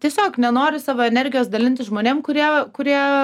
tiesiog nenoriu savo energijos dalinti žmonėm kurie kurie